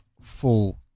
full